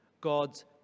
God's